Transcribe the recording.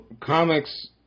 comics